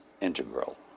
integral